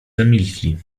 zamilkli